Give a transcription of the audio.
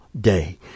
day